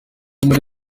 muri